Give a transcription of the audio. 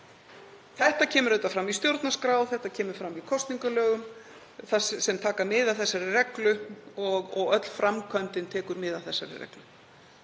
Þetta kemur auðvitað fram í stjórnarskrá og þetta kemur fram í kosningalögum sem taka mið af þessari reglu og öll framkvæmdin tekur mið af þessari reglu.